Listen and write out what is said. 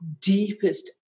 deepest